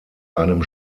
einem